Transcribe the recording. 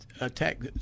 attack